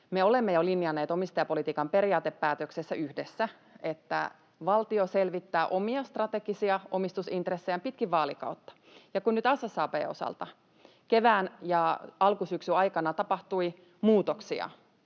olemme jo linjanneet omistajapolitiikan periaatepäätöksessä yhdessä, että valtio selvittää omia strategisia omistusintressejään pitkin vaalikautta. Kun nyt SSAB:n osalta kevään ja alkusyksyn aikana tapahtui muutoksia